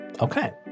Okay